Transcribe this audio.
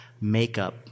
makeup